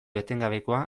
etengabekoa